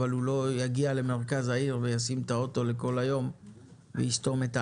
אבל הוא לא יגיע למרכז העיר וישים את האוטו לכל היום ויסתום את העיר,